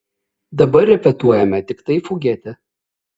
dabar repetuojame tiktai fugetę